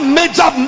major